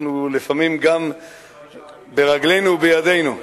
אנחנו לפעמים גם ברגלינו ובידינו,